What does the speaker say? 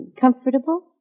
comfortable